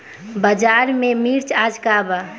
बाजार में मिर्च आज का बा?